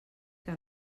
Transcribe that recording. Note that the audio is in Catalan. que